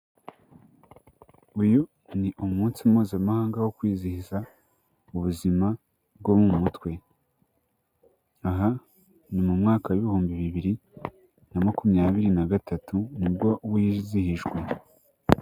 Uyu ni umunsi mpuzamahanga wo kwizihiza ubuzima bwo mu mutwe, aha ni mu mwaka w'ibihumbi bibiri na makumyabiri na gatatu, ni bwo wizihijwe.